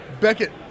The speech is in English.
Beckett